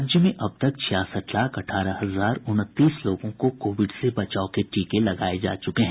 राज्य में अब तक छियासठ लाख अठारह हजार उनतीस लोगों को कोविड से बचाव के टीके लगाये जा चुके हैं